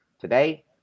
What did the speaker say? Today